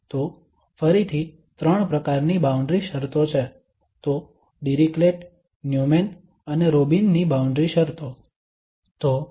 તો ફરીથી ત્રણ પ્રકારની બાઉન્ડ્રી શરતો છે તો ડિરીક્લેટ ન્યુમેન અને રોબિનની બાઉન્ડ્રી શરતો Robins boundary conditions